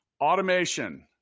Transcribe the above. Automation